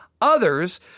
others